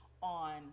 on